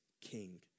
king